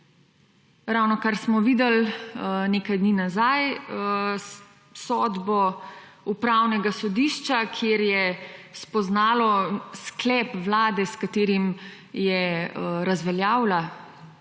Ravnokar smo videli nekaj dni nazaj sodbo upravnega sodišča, kjer je spoznalo sklep vlade, s katerim je razveljavila razpis